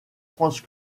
france